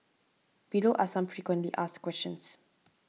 below are some frequently asked questions